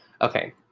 Okay